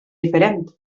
diferent